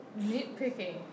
nitpicking